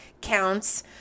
counts